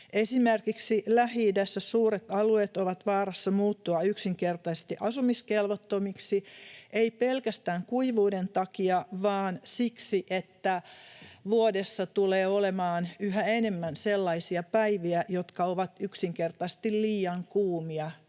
Esimerkiksi Lähi-idässä suuret alueet ovat vaarassa muuttua yksinkertaisesti asumiskelvottomiksi, ei pelkästään kuivuuden takia vaan siksi, että vuodessa tulee olemaan yhä enemmän sellaisia päiviä, jotka ovat yksinkertaisesti liian kuumia